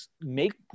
make